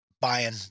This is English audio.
buying